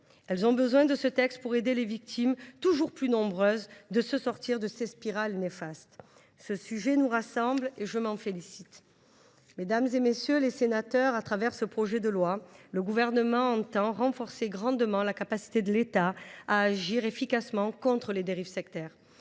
elles ont besoin de ce texte pour aider les victimes, toujours plus nombreuses, à sortir de cette spirale néfaste. Ce sujet nous rassemble ; je m’en félicite. Mesdames, messieurs les sénateurs, au travers de ce projet de loi, le Gouvernement entend renforcer sensiblement la capacité de l’État à agir efficacement contre les dérives sectaires.